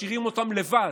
ומשאירים אותם לבד,